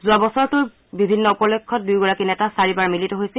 যোৱা বছৰটোত বিভিন্ন উপলক্ষ্যত দুয়োগৰাকী নেতা চাৰিবাৰ মিলিত হৈছিল